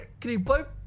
creeper